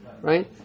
right